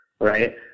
right